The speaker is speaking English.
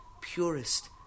purest